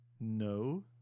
no